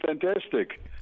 fantastic